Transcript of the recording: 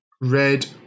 red